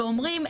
ואומרים,